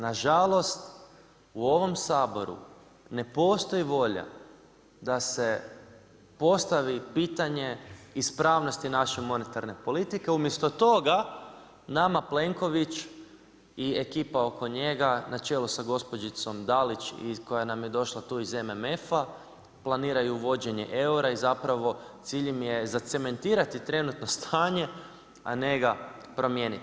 Nažalost, u ovom Saboru ne postoji volja da se postavi pitanje ispravnosti naše monetarne politike, umjesto toga nama Plenković i ekipa oko njega na čelu sa gospođicom Dalić koja nam je došla tu iz MMF-a, planiraju uvođenje eura i zapravo, cilj im je zacementirati trenutno stanje a ne ga promijeniti.